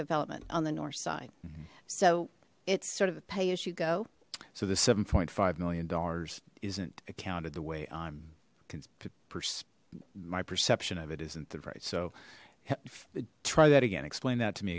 development on the north side so it's sort of a pay as you go so the seven point five million dollars isn't accounted the way i'm my perception of it isn't the right so try that again explain that to me